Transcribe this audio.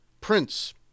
Prince